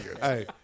Hey